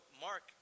Mark